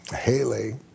Haley